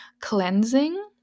cleansing